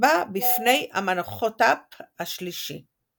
בה בפני אמנחותפ השלישי.